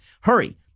Hurry